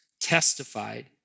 testified